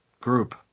group